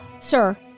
Sir